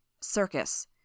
Circus